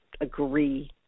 agree